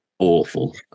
awful